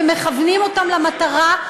ומכוונים אותם למטרה,